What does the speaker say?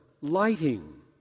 lighting